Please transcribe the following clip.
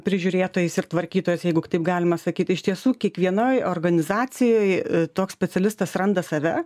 prižiūrėtojais ir tvarkytojais jeigu taip galima sakyt iš tiesų kiekvienoj organizacijoj toks specialistas randa save